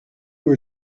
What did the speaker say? were